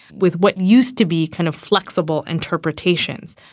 with what used to be kind of flexible interpretations.